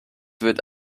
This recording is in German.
wird